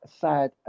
sad